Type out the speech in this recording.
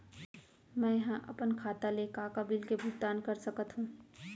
मैं ह अपन खाता ले का का बिल के भुगतान कर सकत हो